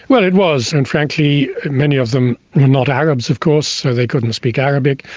well, it was. and frankly, many of them were not arabs, of course, so they couldn't speak arabic,